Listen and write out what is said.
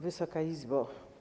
Wysoka Izbo!